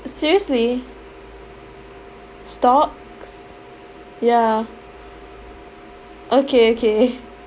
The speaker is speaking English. seriously stocks ya okay okay